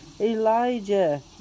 Elijah